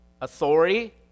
authority